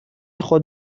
خود